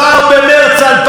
אדוני השר,